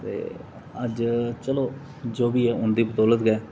ते अज्ज चलो जो बी ऐ उं'दी बदौलत गै ऐ